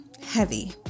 heavy